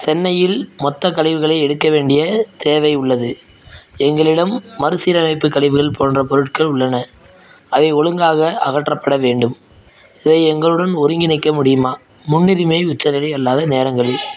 சென்னையில் மொத்தக் கழிவுகளை எடுக்க வேண்டிய தேவை உள்ளது எங்களிடம் மறுசீரமைப்பு கழிவுகள் போன்ற பொருட்கள் உள்ளன அவை ஒழுங்காக அகற்றப்பட வேண்டும் இதை எங்களுடன் ஒருங்கிணைக்க முடியுமா முன்னுரிமை உச்சநிலை அல்லாத நேரங்களில்